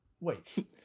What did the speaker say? Wait